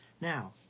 Now